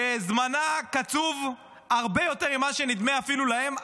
שזמנה קצוב הרבה יותר ממה שנדמה אפילו להם?